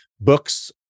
books